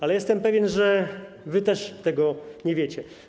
Ale jestem pewien, że wy też tego nie wiecie.